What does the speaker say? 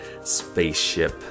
spaceship